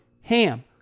HAM